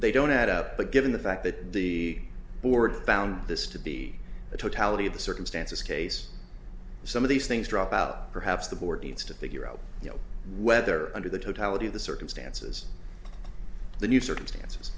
they don't add up but given the fact that the board found this to be the totality of the circumstances case some of these things drop out perhaps the board needs to figure out whether under the totality of the circumstances the new circumstances